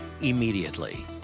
immediately